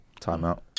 Timeout